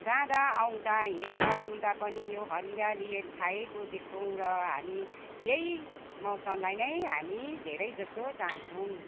जाँदा आउँदा हिँड्दा डुल्दा पनि यो हरियाली छाएको देख्छौँ र हामी यही मौसमलाई नै हामी धेरै जस्तो चाहन्छौँ